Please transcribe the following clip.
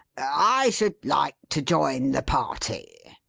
i should like to join the party.